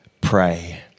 pray